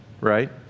right